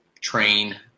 train